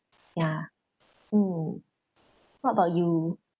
ya mm what about you